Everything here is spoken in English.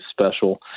special